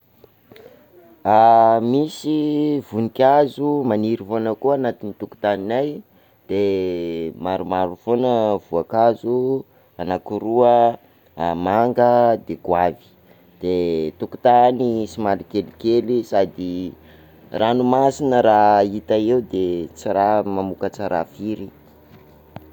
Misy voninkazo maniry foana koa anatin'ny tokontaninay, de maromaro foana voankazo, anakiroa manga de goavy de tokotany somary kelikely sady ranomasina raha hita eo de tsy raha mamokatra raha firy.